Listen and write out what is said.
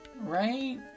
right